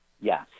Yes